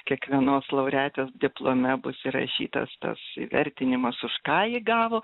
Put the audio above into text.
kiekvienos laureatės diplome bus įrašytas tas įvertinimas už ką ji gavo